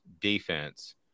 defense